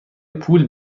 پول